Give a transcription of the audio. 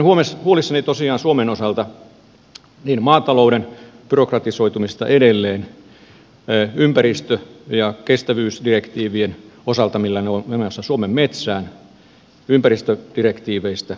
olen huolissani tosiaan suomen osalta maa talouden byrokratisoitumisesta edelleen ympäristö ja kestävyysdirektiivien osalta eu politiikan tulosta suomen metsään ympäristödirektiiveistä